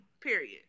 Period